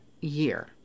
year